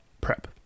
prep